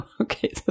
Okay